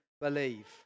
believe